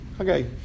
okay